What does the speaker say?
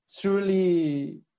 truly